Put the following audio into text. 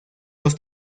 los